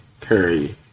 Curry